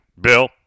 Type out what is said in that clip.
Bill